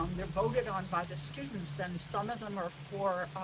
um they're voted on by the students, and some of them are for,